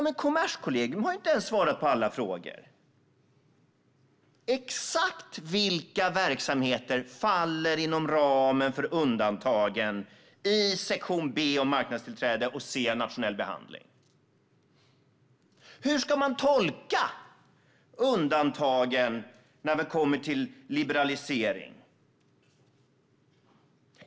Men Kommerskollegium har inte ens svarat på alla frågor. Exakt vilka verksamheter faller inom ramen för undantagen i sektion B om marknadstillträde och C om nationell behandling? Hur ska man tolka undantagen när det kommer till liberalisering?